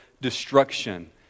destruction